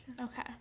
Okay